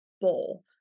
bowl